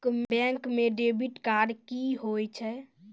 Bank म debit card की होय छै?